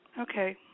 Okay